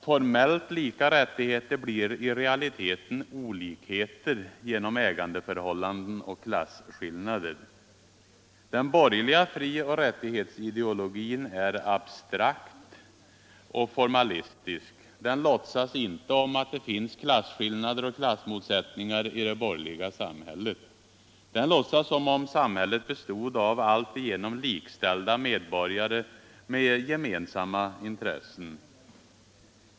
Formellt lika rättigheter blir i realiteten olikheter genom ägandeförhållanden och klasskillnader. Den borgerliga frioch rättighetsideologin är abstrakt och formalistisk. Den låtsas inte om att det finns klasskillnader och klassmotsättningar i det borgerliga samhället. Den låtsas som om samhället bestod av alltigenom likställda medborgare med gemensamma intressen.